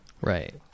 Right